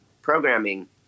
programming